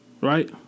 right